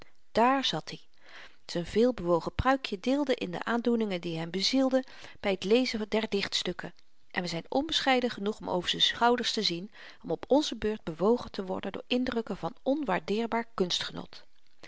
daar zat i z'n veelbewogen pruikje deelde in de aandoeningen die hem bezielden by t lezen der dichtstukken en we zyn onbescheiden genoeg om over z'n schouders te zien om op onze beurt bewogen te worden door indrukken van onwaardeerbaar